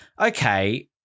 okay